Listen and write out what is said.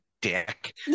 dick